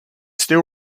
still